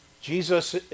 Jesus